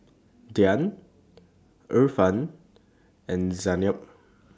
Dian Irfan and Zaynab